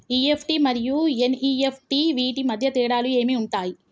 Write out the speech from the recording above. EFT మరియు NEFT వీటి మధ్య తేడాలు ఏమి ఉంటాయి?